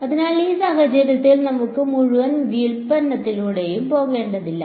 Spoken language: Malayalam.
അതിനാൽ ഈ സാഹചര്യത്തിൽ നമുക്ക് മുഴുവൻ വ്യുൽപ്പന്നത്തിലൂടെയും പോകേണ്ടതില്ല